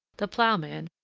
the ploughman,